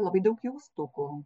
labai daug jaustukų